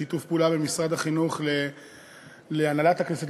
בשיתוף פעולה בין משרד החינוך להנהלת הכנסת,